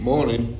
Morning